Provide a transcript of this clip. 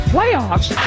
Playoffs